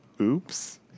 Oops